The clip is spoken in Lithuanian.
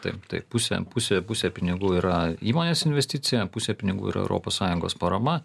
taip tai pusė pusė pusė pinigų yra įmonės investicija pusė pinigų yra europos sąjungos parama